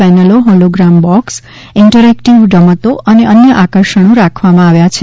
પેનલો hologram box interactive રમતો અને અન્ય આકર્ષણી રાખવામાં આવ્યા છે